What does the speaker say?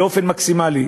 המקסימום.